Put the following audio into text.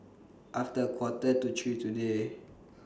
after A Quarter to three today